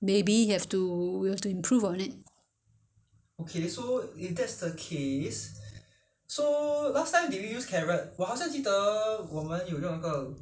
有有上次我们有用有用萝卜 we use the carrot to cook it together only only carrot and 那个 onl~ only two oh what else can we put in